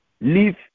Leave